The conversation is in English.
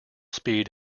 speed